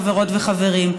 חברות וחברים.